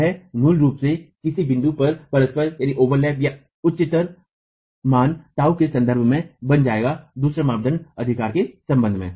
यह मूल रूप से किसी बिंदु पर परस्पर या उच्चतर मान टाऊ के संदर्भ में बन जाएगा दूसरे मापदंडों अधिकार के संबंध में